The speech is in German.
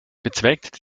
bezweckt